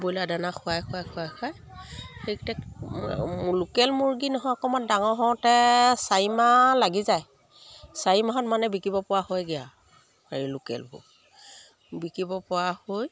broiler দানা খোৱাই খোৱাই খোৱাই খুৱাই সেই লোকেল মুৰ্গী নহয় অকমান ডাঙৰ হওঁতে চাৰিমাহ লাগি যায় চাৰি মাহত মানে বিকিব পৰা হয়গে আৰু হেৰি লোকেলবোৰ বিকিব পৰা হৈ